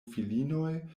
filinoj